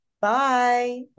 Bye